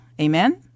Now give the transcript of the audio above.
Amen